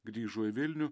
grįžo į vilnių